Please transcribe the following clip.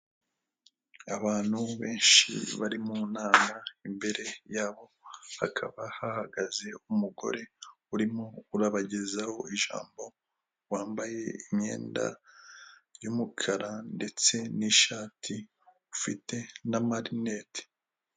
Abantu benshi bari mu nama, imbere yabo hakaba hahagaze umugore urimo urabagezaho ijambo, wambaye imyenda y'umukara ndetse n'ishati, ufite n' amarineti.